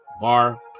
Bar